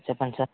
చెప్పండి సార్